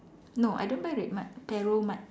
no I don't buy Red Mart perromart